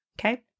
Okay